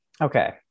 Okay